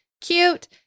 cute